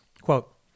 Quote